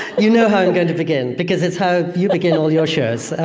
you know how i'm going to begin, because it's how you begin all your shows. and